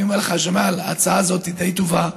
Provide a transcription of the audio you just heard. אני אומר לך, ג'מאל, שההצעה הזאת די טובה,